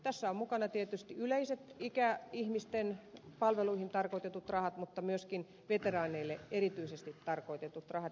tässä ovat mukana tietysti yleiset ikäihmisten palveluihin tarkoitetut rahat mutta myöskin veteraaneille erityisesti tarkoitetut rahat